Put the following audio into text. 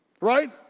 Right